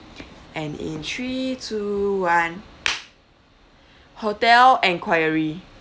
and in three two one hotel enquiry